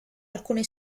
alcune